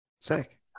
sick